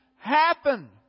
happen